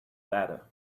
letter